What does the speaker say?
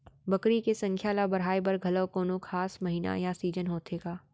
बकरी के संख्या ला बढ़ाए बर घलव कोनो खास महीना या सीजन होथे का?